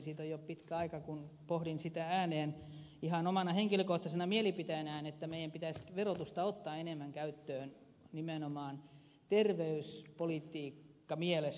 siitä on jo pitkä aika kun pohdin sitä ääneen ihan omana henkilökohtaisena mielipiteenäni että meidän pitäisi verotusta ottaa enemmän käyttöön nimenomaan terveyspolitiikkamielessä